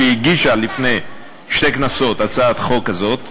שהגישה לפני שתי כנסות הצעת חוק כזאת,